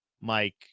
Mike